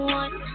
one